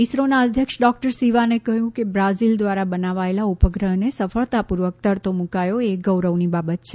ઇસરોના અધ્યક્ષ ડોકટર સીવાને કહયું કે બ્રાઝીલ ધ્વારા બનાવાયેલા ઉપગ્રહને સફળતાપુર્વક તરતો મુકાયો એ ગૌરવની બાબત છે